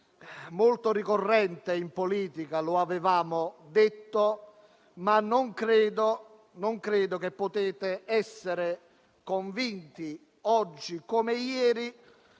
molto ricorrente in politica, ossia «lo avevamo detto», ma non credo che possiate essere convinti, oggi come ieri,